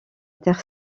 terre